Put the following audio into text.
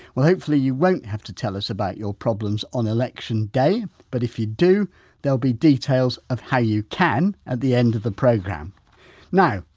well, hopefully, you won't have to tell us about your problems on election day but if you do there'll be details of how you can at the end of the programme now,